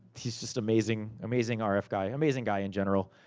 he's just amazing. amazing ah rf guy. amazing guy in general.